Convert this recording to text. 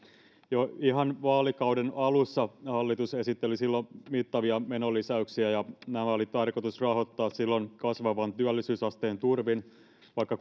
jo ihan vaalikauden alussa hallitus esitteli mittavia menolisäyksiä ja nämä oli tarkoitus rahoittaa silloin kasvavan työllisyysasteen turvin vaikka